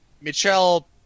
Michelle